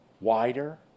wider